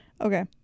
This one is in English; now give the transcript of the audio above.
Okay